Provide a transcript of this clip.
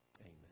Amen